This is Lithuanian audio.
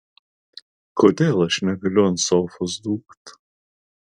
kodėl aš negaliu ant sofos dūkt